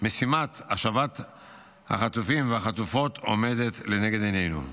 השבת החטופים והחטופות עומדת לנגד עינינו.